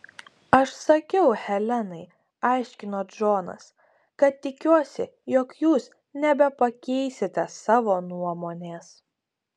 aš sakiau helenai aiškino džonas kad tikiuosi jog jūs nebepakeisite savo nuomonės